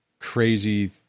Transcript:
crazy